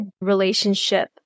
relationship